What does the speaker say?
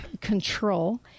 control